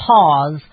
pause